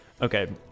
Okay